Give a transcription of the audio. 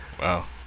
Wow